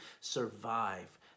survive